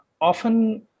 often